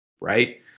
right